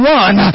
one